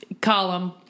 Column